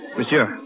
Monsieur